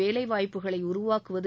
வேலை வாய்ப்புகளை உருவாக்குவது